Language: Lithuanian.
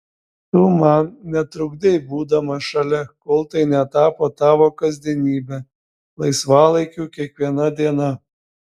tu man netrukdei būdama šalia kol tai netapo tavo kasdienybe laisvalaikiu kiekviena diena